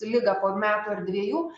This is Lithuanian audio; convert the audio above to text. ligą po metų ar dviejų